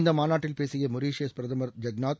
இந்த மாநாட்டில் பேசிய மொரிஷியஸ் பிரதமா் ஜெகநாத்